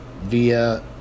via